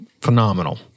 phenomenal